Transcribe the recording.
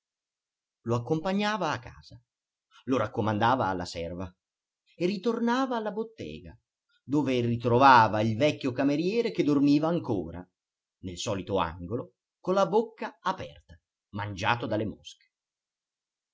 lo accompagnava a casa lo raccomandava alla serva e ritornava alla bottega dove ritrovava il vecchio cameriere che dormiva ancora nel solito angolo con la bocca aperta mangiato dalle mosche